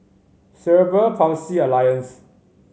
Cerebral Palsy Alliance